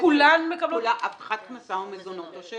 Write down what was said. הבטחת הכנסה או מזונות.